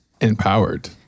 empowered